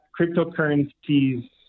cryptocurrencies